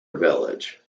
village